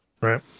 Right